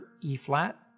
E-flat